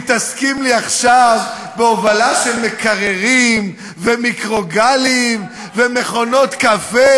מתעסקים לי עכשיו בהובלה של מקררים ומיקרוגלים ומכונות קפה,